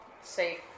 safe